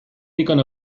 ddigon